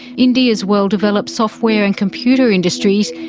india's well developed software and computer industries,